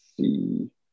see